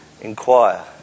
inquire